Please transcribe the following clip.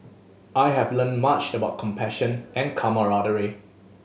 I have learned much about compassion and camaraderie